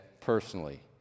personally